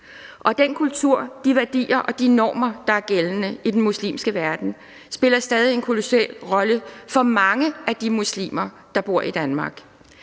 Og den kultur, de værdier og de normer, der er gældende i den muslimske verden, spiller stadig en kolossal rolle for mange af de muslimer, der bor i Danmark.